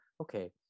Okay